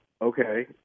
Okay